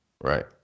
Right